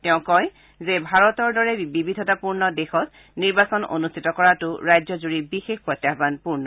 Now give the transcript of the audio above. তেওঁ কয় যে ভাৰতৰ দৰে বিবিধতাপূৰ্ণ দেশত নিৰ্বাচন অনুষ্ঠিত কৰাটো ৰাজ্যজুৰি বিশেষ প্ৰত্যাহ্বানপূৰ্ণ